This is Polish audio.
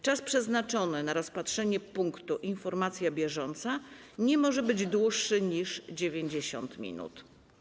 Czas przeznaczony na rozpatrzenie punktu: Informacja bieżąca nie może być dłuższy niż 90 minut.